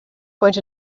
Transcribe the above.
point